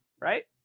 Right